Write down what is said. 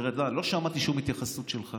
תראה, לא שמעתי התייחסות שלך